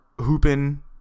hooping